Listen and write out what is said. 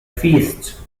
feasts